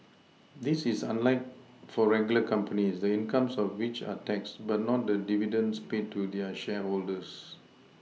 this is unlike for regular companies the incomes of which are taxed but not the dividends paid to their shareholders